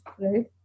right